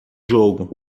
jogo